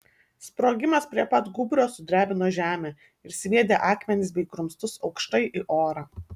sprogimas prie pat gūbrio sudrebino žemę ir sviedė akmenis bei grumstus aukštai į orą